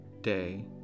day